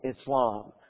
Islam